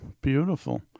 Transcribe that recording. beautiful